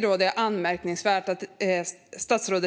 Det är anmärkningsvärt eftersom